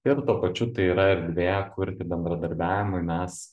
ir tuo pačiu tai yra erdvė kurti bendradarbiavimui mes